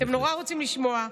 אתם נורא רוצים לשמוע.